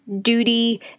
duty